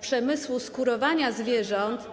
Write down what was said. przemysłu skórowania zwierząt.